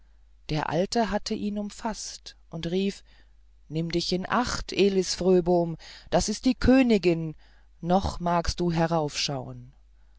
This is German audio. der alte hatte ihn umfaßt und rief nimm dich in acht elis fröbom das ist die königin noch magst du